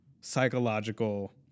psychological